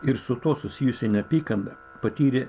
ir su tuo susijusi neapykanta patyrė